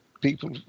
people